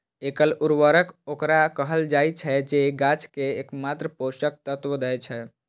एकल उर्वरक ओकरा कहल जाइ छै, जे गाछ कें एकमात्र पोषक तत्व दै छै